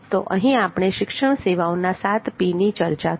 તો અહીં આપણે શિક્ષણ સેવાઓના 7P ની ચર્ચા કરી